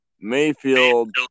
mayfield